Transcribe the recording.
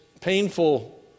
painful